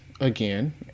again